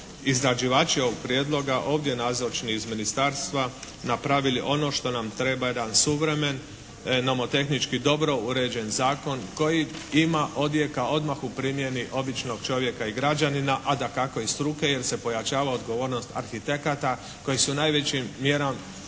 izrađivači ovog prijedloga, ovdje nazočni iz Ministarstva napravili ono što nam treba, jedan suvremen, nomotehnički dobro uređen zakon koji ima odjeka odmah u primjeni običnog čovjeka i građanina a dakako i struke jer se pojačava odgovornost arhitekata koji su najvećim …